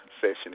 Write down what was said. session